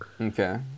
Okay